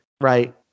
right